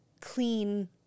clean